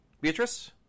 Beatrice